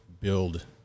build